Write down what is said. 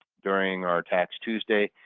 during our tax tuesday.